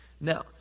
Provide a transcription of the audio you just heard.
Now